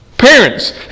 Parents